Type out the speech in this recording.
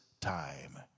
time